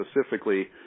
specifically